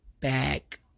back